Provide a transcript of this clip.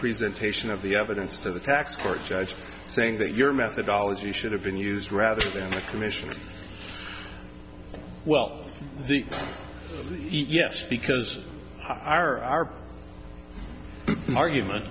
presentation of the evidence of the tax court judge saying that your methodology should have been used rather than the commission well yes because our argument